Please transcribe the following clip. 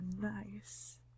nice